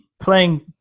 Playing